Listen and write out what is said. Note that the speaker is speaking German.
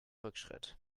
rückschritt